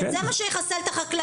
כן, זה מה שיחסל את החקלאים.